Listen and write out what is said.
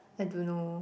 I don't know